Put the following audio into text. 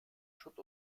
schutt